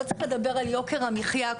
לא צריך לדבר על יוקר המחייה,